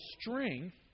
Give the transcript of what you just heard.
strength